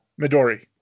Midori